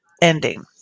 ending